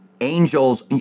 angels